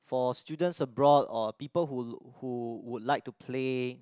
for students abroad or people who who would like to play